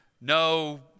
no